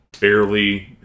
barely